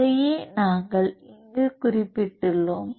அதையே நாங்கள் இங்கு குறிப்பிட்டுள்ளோம்